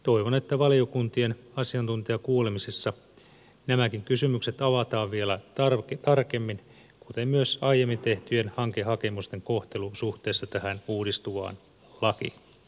toivon että valiokuntien asiantuntijakuulemisissa nämäkin kysymykset avataan vielä tarkemmin kuten myös aiemmin tehtyjen hankehakemusten kohtelu suhteessa tähän uudistuvaan lakiin